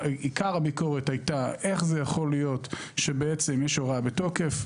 עיקר הביקורת היה איך יכול להיות שיש הוראה בתוקף,